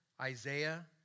Isaiah